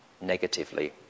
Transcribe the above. negatively